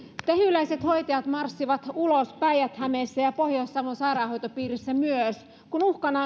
tehyläiset hoitajat marssivat ulos päijät hämeessä ja myös pohjois savon sairaanhoitopiirissä kun uhkana